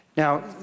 Now